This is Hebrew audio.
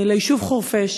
ליישוב חורפיש,